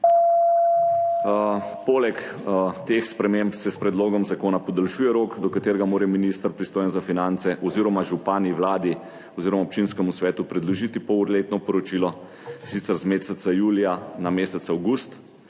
Poleg teh sprememb se s predlogom zakona podaljšuje rok, do katerega mora minister, pristojen za finance, oziroma župani vladi oziroma občinskemu svetu predložiti pol letno poročilo, sicer iz meseca julija na mesec avgust.